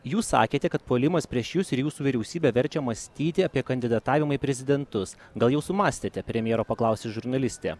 jūs sakėte kad puolimas prieš jus ir jūsų vyriausybę verčia mąstyti apie kandidatavimą į prezidentus gal jau sumąstėte premjero paklausė žurnalistė